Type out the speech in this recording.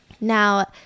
now